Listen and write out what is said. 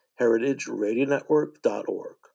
heritageradionetwork.org